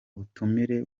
butumire